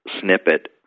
snippet